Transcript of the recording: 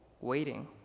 waiting